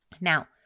Now